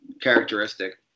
characteristic